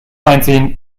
einziehen